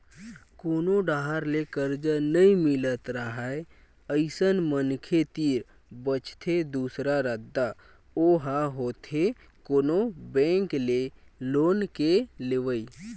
कोनो डाहर ले करजा नइ मिलत राहय अइसन मनखे तीर बचथे दूसरा रद्दा ओहा होथे कोनो बेंक ले लोन के लेवई